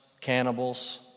cannibals